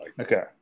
Okay